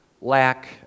lack